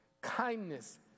kindness